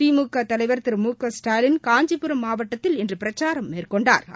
திமுக தலைவா் திரு மு க ஸ்டாலின் காஞ்சிபுரம் மாவட்டத்தில் இன்று பிரச்சாரம் மேற்கொண்டாா்